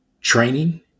training